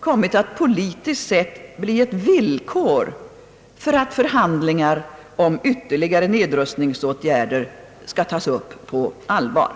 kommit ait, politiskt sett, bli ett villkor för att förhandlingar om ytterligare nedrustningsåtgärder på allvar skall tas upp.